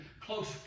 close